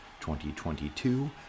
2022